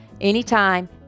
anytime